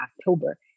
October